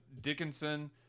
Dickinson